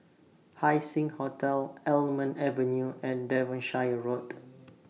Haising Hotel Almond Avenue and Devonshire Road